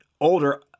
older